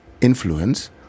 influence